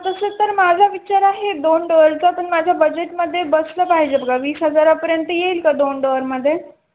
तसं तर माझा विचार आहे दोन डोअरचा पण माझ्या बजेटमध्ये बसलं पाहिजे बघा वीस हजारापर्यंत येईल का दोन डोअरमध्ये